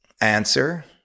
answer